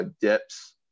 dips